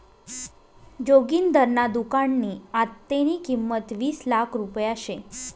जोगिंदरना दुकाननी आत्तेनी किंमत वीस लाख रुपया शे